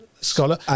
scholar